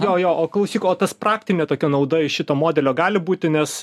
jo jo o klausyk o tas praktinė tokia nauda iš šito modelio gali būti nes